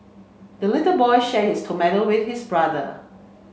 the little boy shared his tomato with his brother